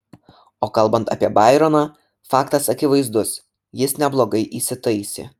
o kalbant apie baironą faktas akivaizdus jis neblogai įsitaisė